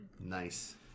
Nice